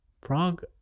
Prague